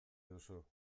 duzu